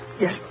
Yes